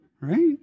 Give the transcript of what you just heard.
right